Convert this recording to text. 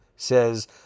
says